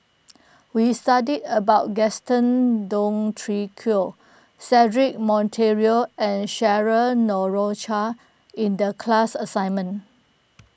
we studied about Gaston Dutronquoy Cedric Monteiro and Cheryl Noronha in the class assignment